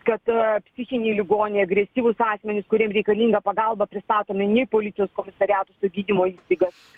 kad psichiniai ligoniai agresyvūs asmenys kuriem reikalinga pagalba pristatomi ne į policijos komisariatus gydymo įstaigas